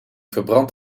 verbrand